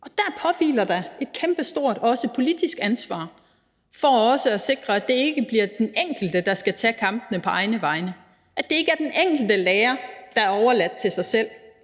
Dér påhviler der os et kæmpestort politisk ansvar for at sikre, at det ikke bliver den enkelte, der skal tage kampene på egne vegne, at den enkelte lærer ikke er overladt til sig selv,